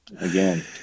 again